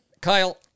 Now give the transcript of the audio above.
Kyle